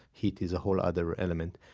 heat is a whole other element.